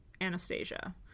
Anastasia